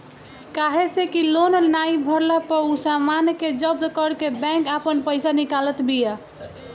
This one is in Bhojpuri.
काहे से कि लोन नाइ भरला पअ उ सामान के जब्त करके बैंक आपन पईसा निकालत बिया